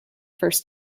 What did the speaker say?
first